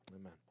Amen